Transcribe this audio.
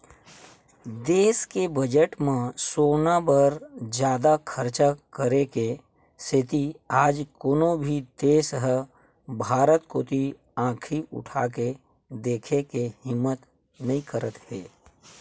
देस के बजट म सेना बर जादा खरचा करे के सेती आज कोनो भी देस ह भारत कोती आंखी उठाके देखे के हिम्मत नइ करत हे